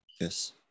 Yes